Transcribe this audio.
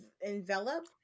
envelop